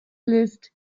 list